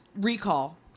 recall